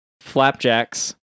Flapjacks